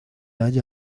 halla